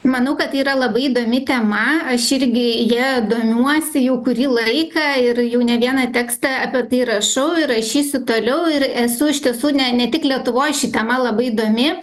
manau kad tai yra labai įdomi tema aš irgi ja domiuosi jau kurį laiką ir jau ne vieną tekstą apie tai rašau ir rašysiu toliau ir esu iš tiesų ne ne tik lietuvoj ši tema labai įdomi